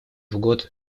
год